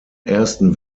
ersten